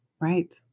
Right